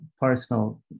personal